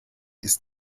ist